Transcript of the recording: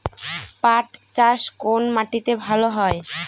পাট চাষ কোন মাটিতে ভালো হয়?